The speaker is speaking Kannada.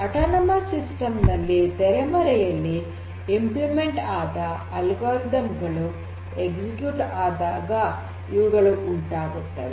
ಆಟೊನೊಮಸ್ ಸಿಸ್ಟಮ್ಸ್ ನಲ್ಲಿ ತೆರೆಮರೆಯಲ್ಲಿ ಕಾರ್ಯಗತಗೊಳಿಸಿದ ಆದ ಆಲ್ಗೊರಿದಮ್ ಗಳು ಎಕ್ಸಿಕ್ಯೂಟ್ ಆದಾಗ ಇವುಗಳು ಉಂಟಾಗುತ್ತವೆ